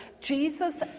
Jesus